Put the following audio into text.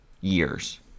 years